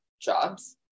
jobs